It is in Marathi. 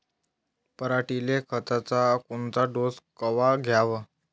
पऱ्हाटीले खताचा कोनचा डोस कवा द्याव?